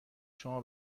شما